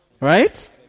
Right